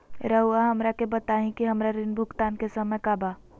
रहुआ हमरा के बताइं कि हमरा ऋण भुगतान के समय का बा?